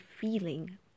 feeling